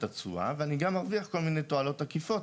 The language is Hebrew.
את התשואה ואני גם ארוויח כל מיני תועלות עקיפות